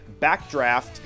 Backdraft